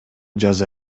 жаза